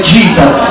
Jesus